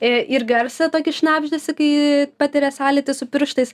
ir garsą tokį šnabždesį kai patiria sąlytį su pirštais